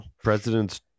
president's